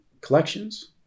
collections